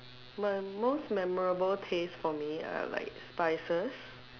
my most memorable taste for me are like spices